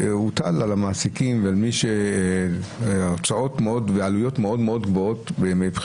שהוטל על המעסיקים ועל מי שההוצאות והעלויות מאוד מאוד גבוהות מבחירות.